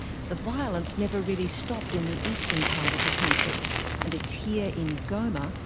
the violence never really stopped in the eastern part of the country and it's here in goma,